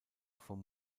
vom